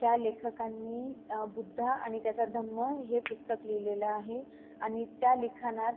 त्या लेखकांनी बुद्धा आणि त्याचा धम्म हे पुस्तक लिहिलेलं आहे आणि त्या लिखाणात